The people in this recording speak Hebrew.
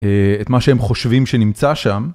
את מה שהם חושבים שנמצא שם.